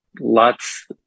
lots